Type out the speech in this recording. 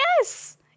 Yes